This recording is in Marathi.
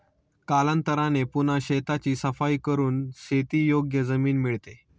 कालांतराने पुन्हा शेताची सफाई करून शेतीयोग्य जमीन मिळते